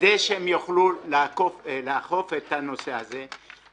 כדי שהן יוכלו לאכוף את הנושא הזה,